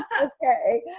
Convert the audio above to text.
okay.